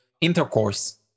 intercourse